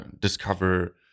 discover